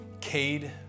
Cade